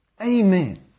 Amen